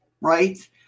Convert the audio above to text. right